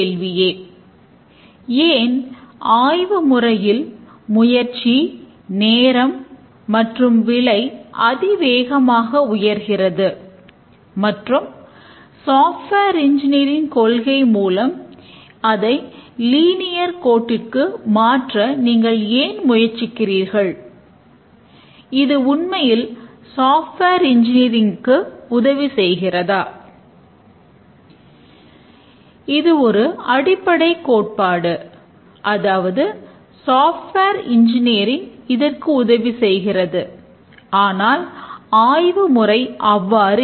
வெவ்வேறு நிறுவனங்கள் வெவ்வேறு முறைகளை உபயோகிப்பதை நாம் பார்க்க முடியும்